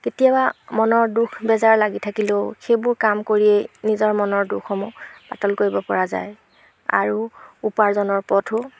কেতিয়াবা মনৰ দুখ বেজাৰ লাগি থাকিলেও সেইবোৰ কাম কৰিয়েই নিজৰ মনৰ দুখসমূহ পাতল কৰিব পৰা যায় আৰু উপাৰ্জনৰ পথো